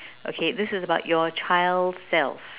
okay this is about your child self